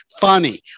funny